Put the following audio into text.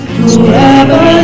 whoever